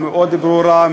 מאוד ברורה,